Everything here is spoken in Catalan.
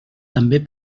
també